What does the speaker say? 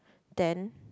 then